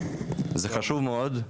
זה חשוב מאוד.